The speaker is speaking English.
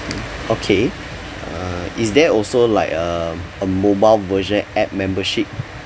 okay uh is there also like um a mobile version app membership